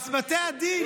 בבתי הדין,